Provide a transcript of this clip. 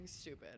stupid